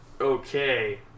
okay